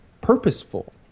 purposeful